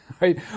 right